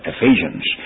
Ephesians